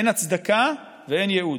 אין הצדקה ואין ייעוד.